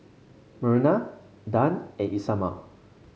Myrna Dan and Isamar